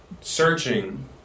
searching